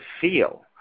feel